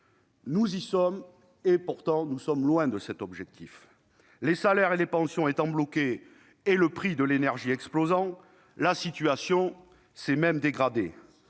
Nous y sommes, et pourtant l'objectif est loin d'avoir été atteint. Les salaires et les pensions étant bloqués et le prix de l'énergie explosant, la situation s'est même dégradée.